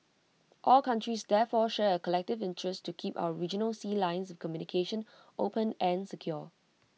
all countries therefore share A collective interest to keep our regional sea lines of communication open and secure